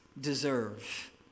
deserve